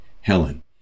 Helen